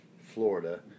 Florida